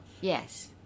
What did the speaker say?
yes